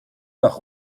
nach